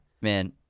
Man